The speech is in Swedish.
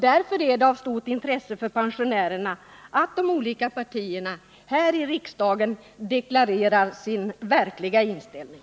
Därför är det av stort intresse för pensionärerna att de olika partierna här i riksdagen deklarerar sin verkliga inställning.